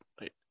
right